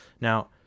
Now